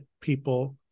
people